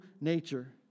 nature